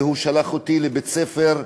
והוא שלח אותי לבית-ספר עברי,